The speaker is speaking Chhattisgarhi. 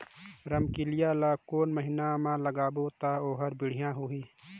रमकेलिया ला कोन महीना मा लगाबो ता ओहार बेडिया होही?